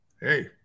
Hey